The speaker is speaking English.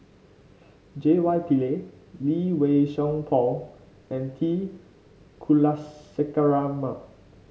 J Y Pillay Lee Wei Song Paul and T Kulasekaram